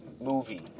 movie